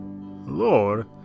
Lord